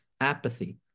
apathy